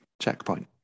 checkpoint